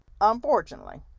unfortunately